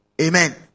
Amen